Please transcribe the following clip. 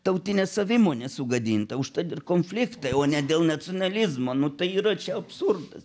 tautinė savimonė sugadinta užtat ir konfliktai o ne dėl nacionalizmo nu tai yra čia absurdas